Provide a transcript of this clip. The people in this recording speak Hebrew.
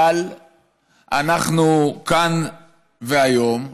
אבל אנחנו כאן והיום,